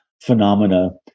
phenomena